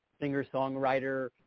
singer-songwriter